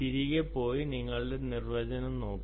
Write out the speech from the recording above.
തിരികെ പോയി നിങ്ങളുടെ നിർവചനം നോക്കുക